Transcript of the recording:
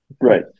Right